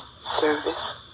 service